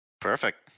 Perfect